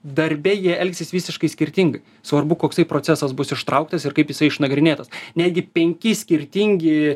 darbe jie elgsis visiškai skirtingai svarbu koksai procesas bus ištrauktas ir kaip jisai išnagrinėtas netgi penki skirtingi